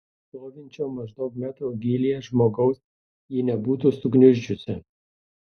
stovinčio maždaug metro gylyje žmogaus ji nebūtų sugniuždžiusi